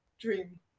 dream